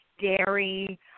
dairy